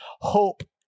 hope